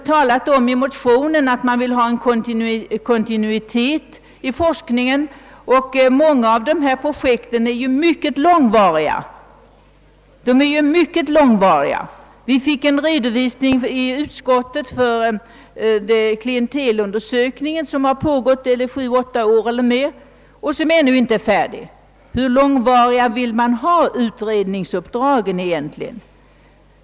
I motionen står att man vill ha kontinuitet i forskningen. Många av de ifrågavarande projekten är ju av mycket långvarig karaktär. Vi fick i utskottet en redovisning för den klientelundersökning som har pågått sju—åtta år eller mer och som ännu inte är färdig. Hur långvariga vill man egentligen att utredningsuppdragen skall vara?